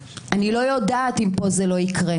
אני לא יודעת אם פה זה לא יקרה,